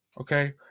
Okay